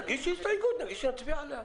תגישי הסתייגות ונצביע עליה.